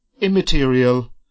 immaterial